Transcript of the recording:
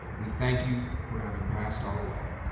we thank you for having passed our way.